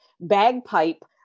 bagpipe